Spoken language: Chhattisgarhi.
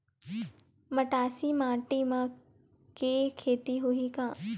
मटासी माटी म के खेती होही का?